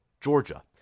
Georgia